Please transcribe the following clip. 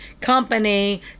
company